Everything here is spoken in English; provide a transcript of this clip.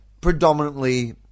Predominantly